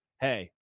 hey